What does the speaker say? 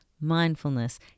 mindfulness